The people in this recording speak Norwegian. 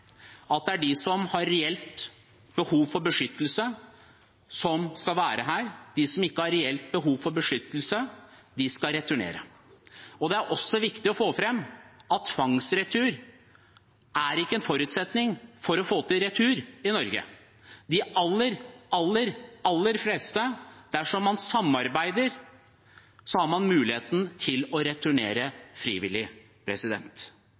at det er de som har reelt behov for beskyttelse, som skal være her. De som ikke har reelt behov for beskyttelse, skal returnere. Det er også viktig å få fram at tvangsretur ikke er en forutsetning for å få til retur i Norge. De aller, aller fleste har, dersom de samarbeider, mulighet til å